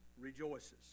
rejoices